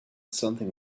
something